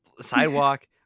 sidewalk